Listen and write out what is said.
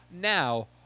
now